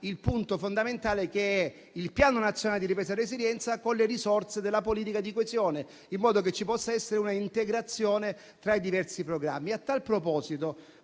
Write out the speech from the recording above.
il punto fondamentale, che è il Piano nazionale di ripresa e resilienza, con le risorse della politica di coesione, in modo che ci possa essere un'integrazione tra i diversi programmi. A tal proposito,